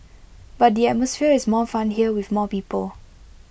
but the atmosphere is more fun here with more people